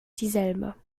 dieselbe